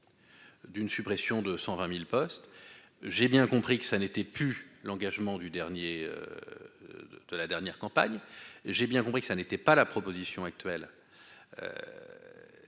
d'une suppression de 120000 postes, j'ai bien compris que ça n'était plus l'engagement du dernier de de la dernière campagne, j'ai bien compris que ça n'était pas la proposition actuelle